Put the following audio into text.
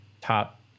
top